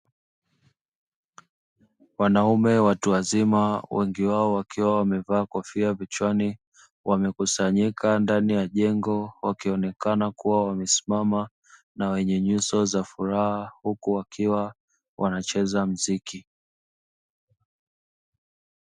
Wanaume watu wazima wengi wao wakiwa wamevaa kofia vichwani, wamekusanyika ndani ya jengo wakionekana kuwa wamesimama na wenye nyuso za furaha; huku wakiwa wanacheza muziki.